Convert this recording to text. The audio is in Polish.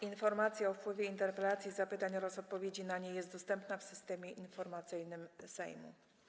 Informacja o wpływie interpelacji, zapytań oraz odpowiedzi na nie jest dostępna w Systemie Informacyjnym Sejmu.